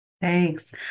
Thanks